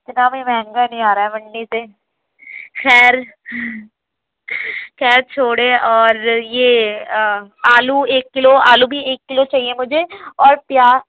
اتنا بھی مہنگا نہیں آ رہا ہے منڈی سے خیر خیر چھوڑیں اور یہ آلو ایک کلو آلو بھی ایک کلو چاہئے مجھے اور پیاز